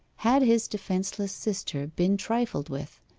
had his defenceless sister been trifled with?